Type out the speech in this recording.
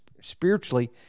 spiritually